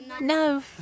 No